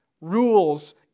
rules